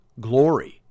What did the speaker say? glory